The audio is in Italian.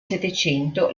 settecento